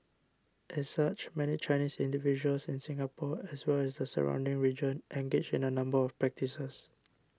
as such many Chinese individuals in Singapore as well as the surrounding region engage in a number of practices